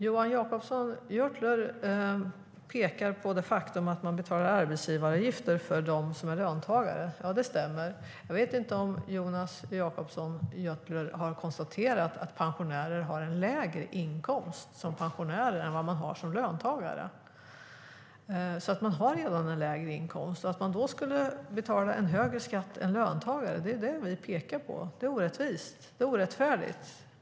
Jonas Jacobsson Gjörtler pekar på det faktum att det betalas arbetsgivaravgifter för dem som är löntagare. Ja, det stämmer. Jag vet dock inte om Jonas Jacobsson Gjörtler har konstaterat att pensionärer har en lägre inkomst än löntagare. Inkomsten är alltså redan lägre. Att då betala högre skatt än löntagare är orättvist, och det är det vi pekar på. Det är orättvist och orättfärdigt.